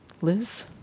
Liz